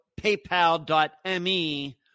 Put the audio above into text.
paypal.me